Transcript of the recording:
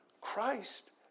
Christ